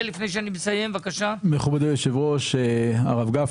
אם מחר בבוקר ייפתח מפעל בגבול הצפון